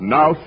Now